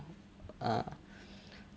uh